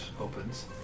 opens